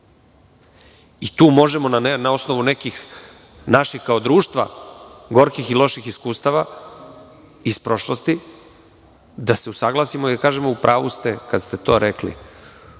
Tu možemo na osnovu nekih naših kao društva gorkih i loših iskustava iz prošlosti da se usaglasimo i da kažemo – u pravu ste kad ste to